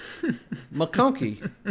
McConkie